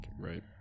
right